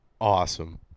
awesome